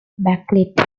backlit